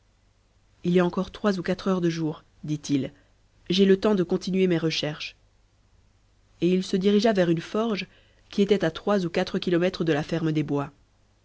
il y a encore trois ou quatre heures de jour dit-il j'ai le temps de continuer mes recherches et il se dirigea vers une forge qui était à trois ou quatre kilomètres de la ferme des bois